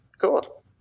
Cool